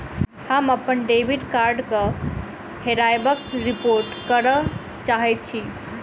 हम अप्पन डेबिट कार्डक हेराबयक रिपोर्ट करय चाहइत छि